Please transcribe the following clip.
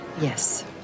Yes